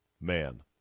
man